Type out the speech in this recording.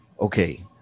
okay